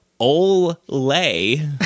Ole